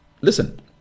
Listen